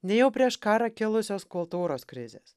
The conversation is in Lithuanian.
nei jau prieš karą kilusios kultūros krizės